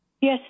Yes